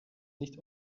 nicht